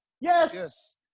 Yes